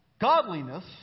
Godliness